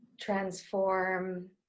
transform